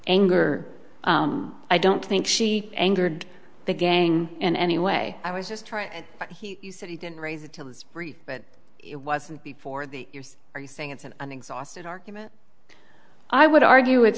anger i don't think she angered the gang in any way i was just trying he said he didn't raise it it was brief but it wasn't before the are you saying it's in an exhausted argument i would argue it